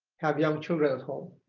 have young children at home.